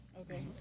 Okay